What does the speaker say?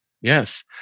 Yes